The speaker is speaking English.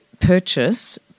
purchase